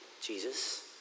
Jesus